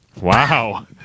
Wow